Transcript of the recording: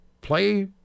play